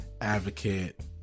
advocate